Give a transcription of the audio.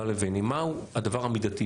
מהו הדבר המידתי,